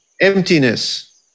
emptiness